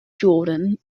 jordan